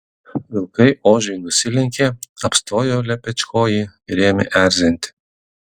vilkai ožiui nusilenkė apstojo lepečkojį ir ėmė erzinti